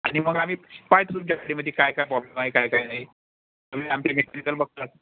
आणि मग आम्ही पाहतो तुमच्या गाडीमध्ये काय काय प्रॉब्लेम आहे काय काय नाही सगळे आमचे मेकॅनिकल बघतात